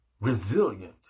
resilient